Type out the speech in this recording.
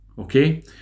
okay